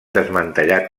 desmantellat